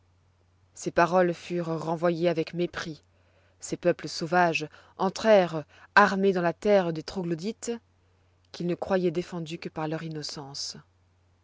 ces paroles furent renvoyées avec mépris ces peuples sauvages entrèrent armés dans la terre des troglodytes qu'ils ne croyoient défendus que par leur innocence